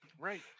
Right